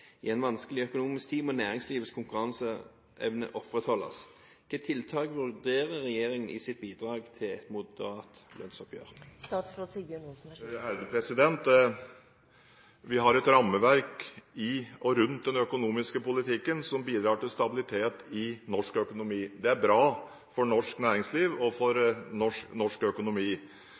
I en vanskelig økonomisk tid må næringslivets konkurranseevne opprettholdes. Hvilke tiltak vurderer regjeringen i sitt bidrag til et moderat lønnsoppgjør?» Vi har et rammeverk i og rundt den økonomiske politikken som bidrar til stabilitet i norsk økonomi. Det er bra for norsk næringsliv og for norsk økonomi.